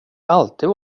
alltid